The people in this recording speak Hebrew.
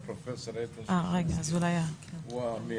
פרופ' איתן ששינסקי הוא המייסד,